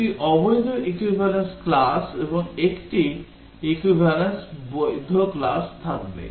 দুটি অবৈধ equivalence class এবং একটি বৈধ equivalence classথাকবে